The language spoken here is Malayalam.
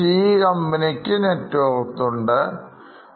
GE കമ്പനിക്ക് net worth വളരെയധികം ആണ്